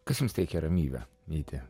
kas jums teikia ramybę ryte